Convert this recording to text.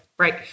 Right